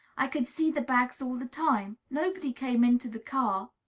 i could see the bags all the time. nobody came into the car.